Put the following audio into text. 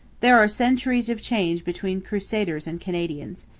there are centuries of change between crusaders and canadians.